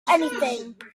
anything